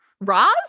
Roz